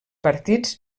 partits